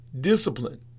discipline